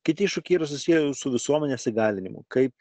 kiti iššūkiai yra susiję su visuomenės įgalinimu kaip